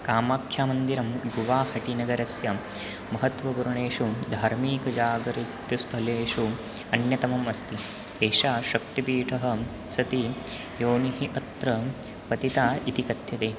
कामाख्यामन्दिरं गुवाहटिनगरस्य महत्त्वपूर्णेषु धार्मिकजागरित्यस्थलेषु अन्यतमम् अस्ति एषा शक्तिपीठः सति योनिः अत्र पतिता इति कथ्यते